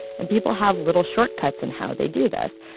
and people have little shortcuts in how they do this.